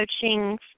coaching